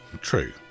true